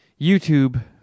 YouTube